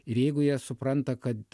ir jeigu jie supranta kad